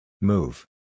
Move